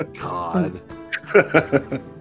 God